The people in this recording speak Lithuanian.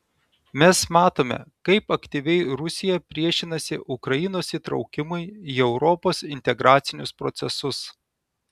mes matome kaip aktyviai rusija priešinasi ukrainos įtraukimui į europos integracinius procesus